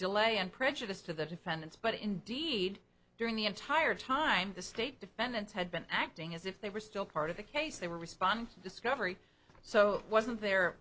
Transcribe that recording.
delay and prejudice to the defendants but indeed during the entire time the state defendants had been acting as if they were still part of the case they were responding to discovery so wasn't there